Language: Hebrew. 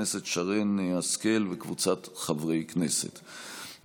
מאת חברי הכנסת אחמד טיבי,